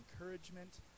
encouragement